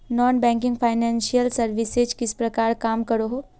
Non banking financial services किस प्रकार काम करोहो?